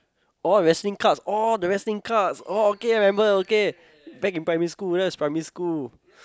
oh wrestling cards oh wrestling cards oh okay I remember back in primary school that was in primary school